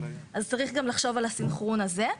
אז צריך גם לחשוב על הסנכרון הזה.